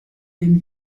den